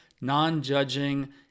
non-judging